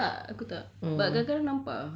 kau follow dia dekat social media ke tak